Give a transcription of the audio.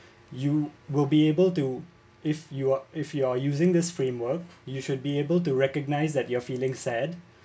you will be able to if you are if you are using this framework you should be able to recognise that you're feeling sad